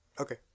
Okay